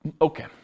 Okay